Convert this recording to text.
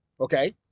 Okay